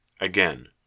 Again